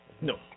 No